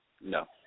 No